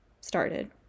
started